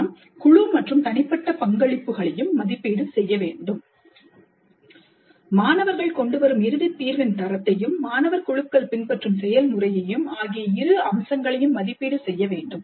நாம் குழு மற்றும் தனிப்பட்ட பங்களிப்புகளையும் மதிப்பீடு செய்ய வேண்டும் மாணவர்கள் கொண்டுவரும் இறுதி தீர்வின் தரத்தையும் மாணவர் குழுக்கள் பின்பற்றும் செயல்முறையையும் ஆகிய இரு அம்சங்களையும் மதிப்பீடு செய்ய வேண்டும்